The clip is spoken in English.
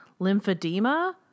lymphedema